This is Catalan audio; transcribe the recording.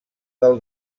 del